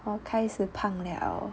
我开始胖了